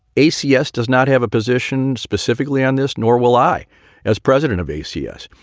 ac yes. does not have a position specifically on this, nor will i as president of ac us.